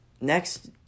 next